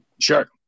Sure